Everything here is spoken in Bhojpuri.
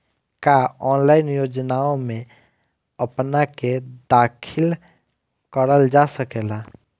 का ऑनलाइन योजनाओ में अपना के दाखिल करल जा सकेला?